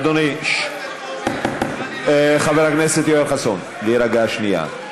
אדוני, חבר הכנסת יואל חסון, להירגע, שנייה.